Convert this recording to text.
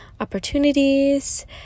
opportunities